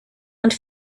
and